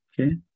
Okay